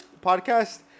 podcast